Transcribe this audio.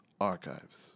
archives